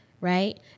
right